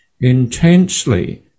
intensely